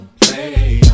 play